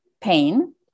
pain